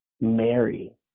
Mary